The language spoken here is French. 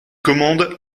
commande